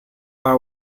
war